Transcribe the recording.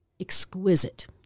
exquisite